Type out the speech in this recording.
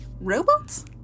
robots